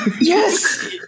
Yes